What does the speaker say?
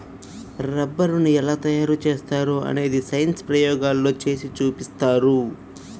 రబ్బరుని ఎలా తయారు చేస్తారో అనేది సైన్స్ ప్రయోగాల్లో చేసి చూపిస్తారు